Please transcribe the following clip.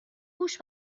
گوش